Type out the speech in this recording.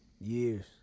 years